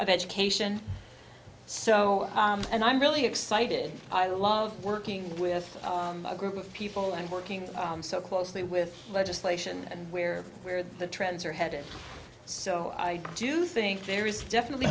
of education so and i'm really excited i love working with a group of people and working so closely with legislation and where where the trends are headed so i do think there is definitely